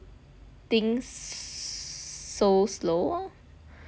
think so slow